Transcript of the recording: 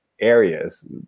areas